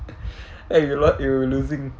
eh you lot you losing